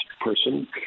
person